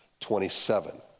27